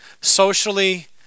socially